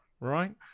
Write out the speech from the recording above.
right